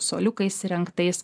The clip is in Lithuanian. suoliukais įrengtais